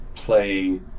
play